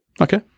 okay